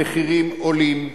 המחירים עולים,